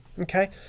okay